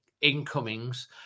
incomings